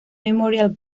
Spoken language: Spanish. memorial